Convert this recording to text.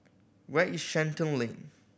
where is Shenton Lane